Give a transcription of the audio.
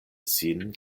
sin